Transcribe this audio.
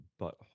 butthole